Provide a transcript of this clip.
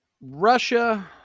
Russia